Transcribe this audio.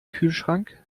kühlschrank